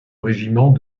régiment